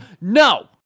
no